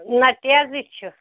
نہَ تیزٕے چھِ